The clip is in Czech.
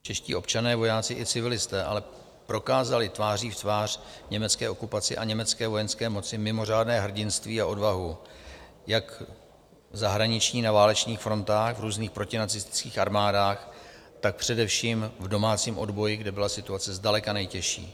Čeští občané, vojáci i civilisté, ale prokázali tváří v tvář německé okupaci a německé vojenské moci mimořádné hrdinství a odvahu jak v zahraničí na válečných frontách, v různých protinacistických armádách, tak především v domácím odboji, kde byla situace zdaleka nejtěžší.